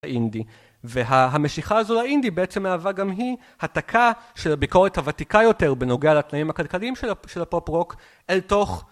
האינדי והמשיכה הזו לאינדי בעצם מהווה גם היא התקה של ביקורת הוותיקה יותר בנוגע לתנאים הכלכליים של הפופ-רוק אל תוך